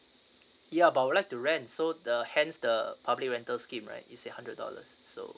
ya but I would like to rent so the hence the public rental scheme right you said hundred dollars so